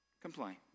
Complain